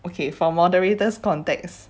okay for moderators contexts